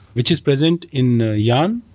which is present in yarn,